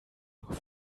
nur